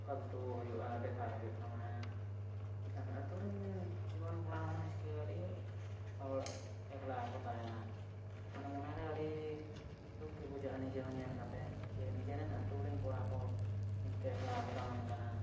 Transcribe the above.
ᱯᱷᱟᱞᱛᱩ ᱦᱩᱭᱩᱜᱼᱟ ᱵᱮᱠᱟᱨ ᱦᱩᱭᱩᱜ ᱛᱟᱢᱟ ᱦᱮᱸ ᱮᱱᱠᱷᱟᱹᱱ ᱟᱛᱩᱨᱮᱱ ᱡᱩᱣᱟᱹᱱ ᱠᱚᱲᱟᱦᱚᱸ ᱚᱱᱟᱪᱤᱠᱟᱹ ᱟᱹᱰᱤ ᱦᱚᱲ ᱮᱠᱞᱟᱜᱮᱠᱚ ᱛᱟᱦᱮᱱᱟ ᱚᱱᱟ ᱢᱚᱱᱮᱨᱮ ᱟᱹᱰᱤ ᱫᱩᱠᱜᱮ ᱵᱩᱡᱷᱟᱹᱜᱼᱟ ᱱᱤᱡᱮᱦᱚᱸ ᱧᱮᱞ ᱠᱟᱛᱮᱫ ᱪᱮ ᱱᱤᱡᱮᱨᱮᱱ ᱟᱛᱩᱨᱮᱱ ᱠᱚᱲᱟᱠᱚ ᱱᱤᱝᱠᱟᱹ ᱮᱠᱞᱟᱠᱚ ᱫᱟᱬᱟᱱ ᱠᱟᱱᱟ